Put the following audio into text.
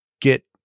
get